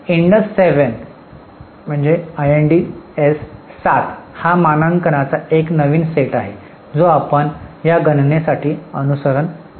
Indus 7 हा मानकांचा एक नवीन सेट आहे जो आपण या गणनेसाठी अनुसरण करीत आहोत